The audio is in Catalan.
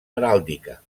heràldica